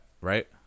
right